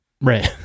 right